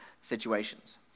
situations